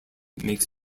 makes